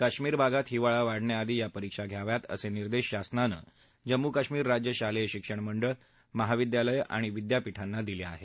कश्मीर भागात हिवाळा वाढण्याआधी या परीक्षा घ्याव्यात असे निर्देश शासनानं जम्मू कश्मीर राज्य शालेय शिक्षण मंडळ महाविद्यालयं आणि विद्यापिठांना दिले आहेत